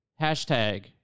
hashtag